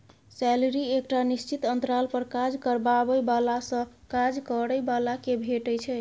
salary एकटा निश्चित अंतराल पर काज करबाबै बलासँ काज करय बला केँ भेटै छै